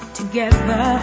together